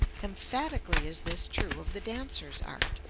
emphatically is this true of the dancer's art,